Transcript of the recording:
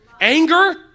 anger